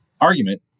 argument